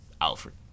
Alfred